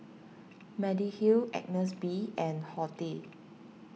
Mediheal Agnes B and Horti